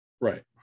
right